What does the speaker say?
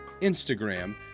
Instagram